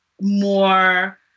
more